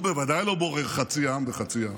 הוא בוודאי לא בורר חצי עם וחצי עם,